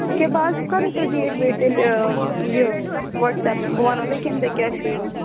اکیاہ بہٕ حظ بہٕ کَرو تۄہہِ ڈیٹ ویٹ تیٚلہِ یہِ وَٹسایپ بہٕ وَنو تۄہہِ کَمہِ دۄہ کیٛاہ چھُو یُن